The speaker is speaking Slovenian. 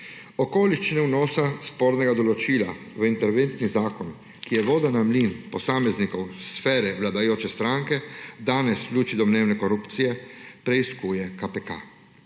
Okoliščine vnosa spornega določila v interventni zakon, ki je voda na mlin posameznikov sfere vladajoče stranke, danes v luči domnevne korupcije preiskuje KPK.